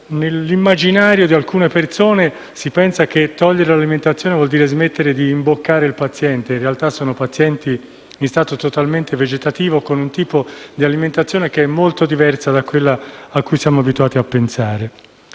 Nell'immaginario di alcune persone vi è l'idea che sospendere l'alimentazione voglia dire smettere di imboccare il paziente. In realtà, questi sono pazienti in stato totalmente vegetativo con un tipo di alimentazione che è molto diversa da quella a cui siamo abituati a pensare.